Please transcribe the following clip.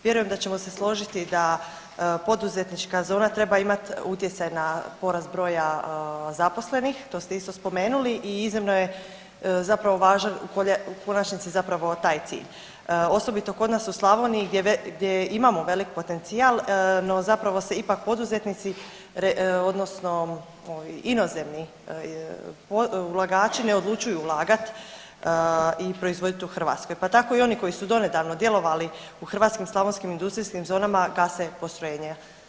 Vjerujem da ćemo se složiti da poduzetnička zona treba imati utjecaj na porast broja zaposlenih, to ste isto spomenuli i iznimno je zapravo važan u konačnici zapravo taj cilj osobito kod nas u Slavoniji gdje imamo velik potencijal, no zapravo se ipak poduzetnici odnosno inozemni ulagači ne odlučuju ulagati i proizvoditi u Hrvatskoj, pa tako i oni koji su donedavno djelovali u hrvatskim slavonskim industrijskim zonama gase postrojenja.